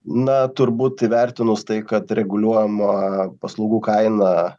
na turbūt įvertinus tai kad reguliuojama paslaugų kaina